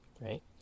right